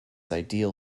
ideal